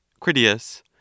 Critias